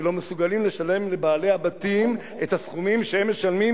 שלא מסוגלים לשלם לבעלי הבתים את הסכומים שהם משלמים,